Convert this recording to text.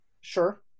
Sure